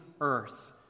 earth